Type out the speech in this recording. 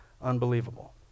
unbelievable